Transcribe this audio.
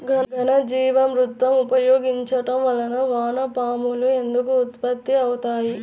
ఘనజీవామృతం ఉపయోగించటం వలన వాన పాములు ఎందుకు ఉత్పత్తి అవుతాయి?